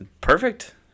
perfect